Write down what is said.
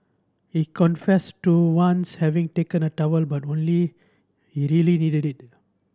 he confessed to once having taken a towel but only he really needed it